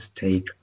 take